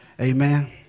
Amen